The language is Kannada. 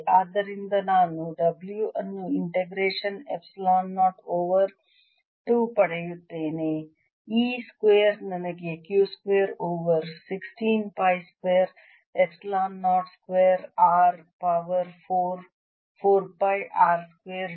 ಆದ್ದರಿಂದ ನಾನು W ಅನ್ನು ಇಂಟಿಗ್ರೇಷನ್ ಎಪ್ಸಿಲಾನ್ 0 ಓವರ್ 2 ಪಡೆಯುತ್ತೇನೆ E ಸ್ಕ್ವೇರ್ ನನಗೆ Q square over 16 pi square epsilon 0 square r power 4 4 pi r square dr